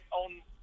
on